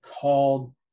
called